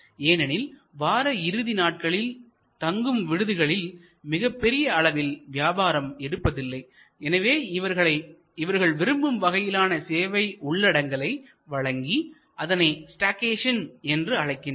ஏனெனில் வார இறுதி நாட்களில் தங்கும் விடுதிகளில் மிகப் பெரிய அளவில் வியாபாரம் இருப்பதில்லை எனவே இவர்கள் விரும்பும் வகையிலான சேவைகள் உள்ளடங்களை வழங்கி அதனை ஸ்டேகேசன் என்று அழைக்கின்றனர்